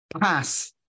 pass